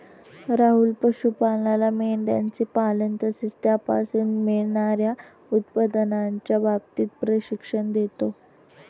राहुल पशुपालांना मेंढयांचे पालन तसेच त्यापासून मिळणार्या उत्पन्नाच्या बाबतीत प्रशिक्षण देतो